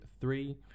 three